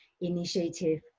initiative